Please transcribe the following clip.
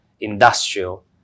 industrial